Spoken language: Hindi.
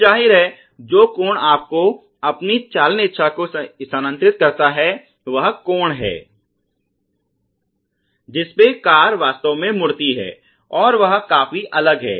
तो जाहिर है जो कोण आपको अपनी चालन इच्छा को स्थानांतरित करता है वह कोण है जिसपे कार वास्तव में मुड़ती है और वह काफी अलग है